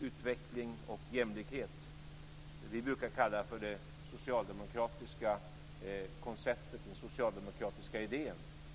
Utveckling och jämlikhet är vad vi brukar kalla för det socialdemokratiska konceptet, den socialdemokratiska idén.